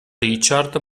richard